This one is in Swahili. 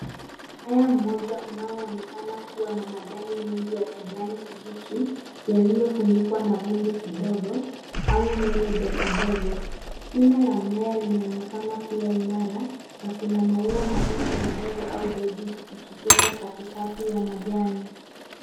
Mmea mmoja unaoonekana kuwa na majani mengi ya kijani kibichi yaliyofunikwa na vumbi kidogo au nywele dogo dogo. Shina la mmea linaonekana kuwa imara na kuna maua madogo madogo au mbegu zikichipuka katikati ya majani.